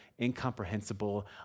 incomprehensible